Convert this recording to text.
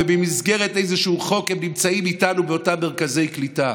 במסגרת איזשהו חוק הם נמצאים איתנו באותם מרכזי קליטה.